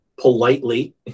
politely